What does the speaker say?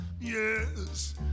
yes